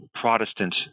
Protestant